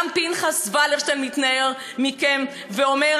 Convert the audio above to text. גם פנחס ולרשטיין מתנער מכם ואומר,